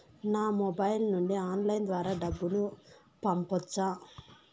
నా మొబైల్ నుండి ఆన్లైన్ ద్వారా డబ్బును పంపొచ్చా